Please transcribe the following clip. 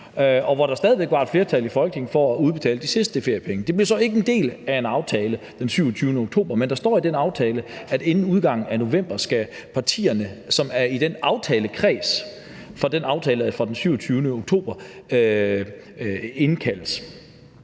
og hvor der stadig væk var et flertal i Folketinget for at udbetale de sidste feriepenge. Det blev så ikke en del af en aftale den 27. oktober, men der står i den aftale, at inden udgangen af november skal partierne, som er i aftalekredsen for den aftale fra den 27. oktober, indkaldes.